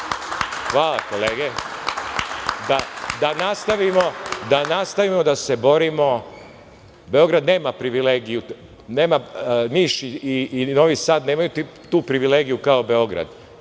Dakle, da nastavimo da se borimo. Beograd nema privilegiju, nema Niš i Novi Sad nemaju tu privilegiju kao Beograd,